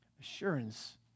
Assurance